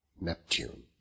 Neptune